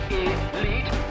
elite